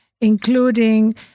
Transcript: including